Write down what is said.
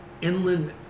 inland